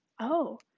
Oh